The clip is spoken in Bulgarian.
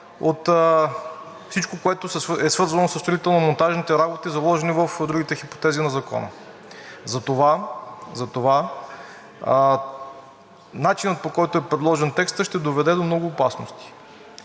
от всичко, което е свързано със строително-монтажните работи, заложени в другите хипотези на Закона. Затова начинът, по който е предложен текстът, ще доведе до много опасности.